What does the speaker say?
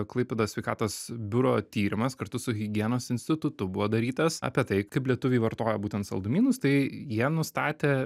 klaipėdos sveikatos biuro tyrimas kartu su higienos institutu buvo darytas apie tai kaip lietuviai vartoja būtent saldumynus tai jie nustatė